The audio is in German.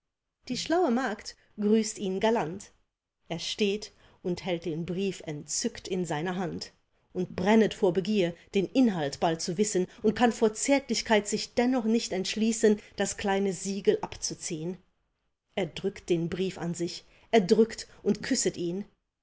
die schlaue magd grüßt ihn galant er steht und hält den brief entzückt in seiner hand und brennet vor begier den inhalt bald zu wissen und kann vor zärtlichkeit sich dennoch nicht entschließen das kleine siegel abzuziehn er drückt den brief an sich er drückt und küsset ihn